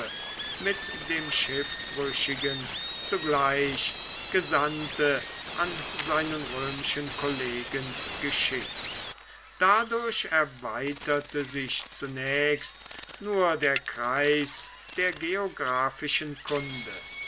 mit dem schiffbrüchigen zugleich gesandte an seinen römischen kollegen geschickt dadurch erweiterte sich zunächst nur der kreis der geographischen kunde